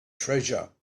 treasure